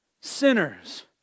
sinners